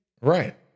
Right